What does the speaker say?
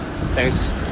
thanks